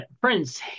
Prince